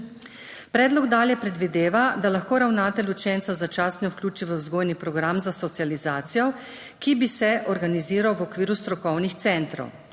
Predlog dalje predvideva, da lahko ravnatelj učenca začasno vključi v vzgojni program za socializacijo, ki bi se organiziral v okviru strokovnih centrov.